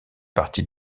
partie